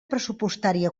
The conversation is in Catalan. pressupostària